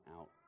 out